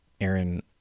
Aaron